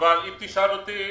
אבל לדעתי,